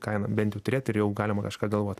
kainą bent turėt ir jau galima kažką galvot